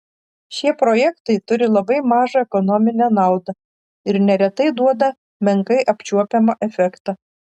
šie projektai turi labai mažą ekonominę naudą ir neretai duoda menkai apčiuopiamą efektą